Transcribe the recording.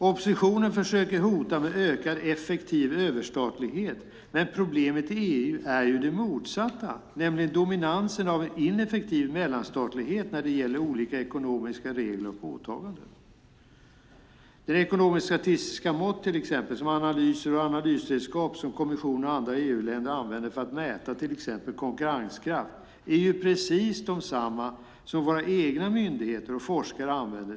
Oppositionen försöker hota med ökad effektiv överstatlighet, men problemet i EU är det motsatta - nämligen dominansen av en ineffektiv mellanstatlighet när det gäller olika ekonomiska regler och åtaganden. De ekonomisk-statistiska mått, analyser och analysredskap som kommissionen och andra EU-länder använder för att mäta till exempel konkurrenskraft är precis desamma som dem som våra egna myndigheter och forskare använder.